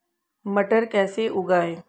मटर कैसे उगाएं?